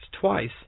twice